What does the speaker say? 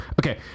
Okay